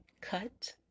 cut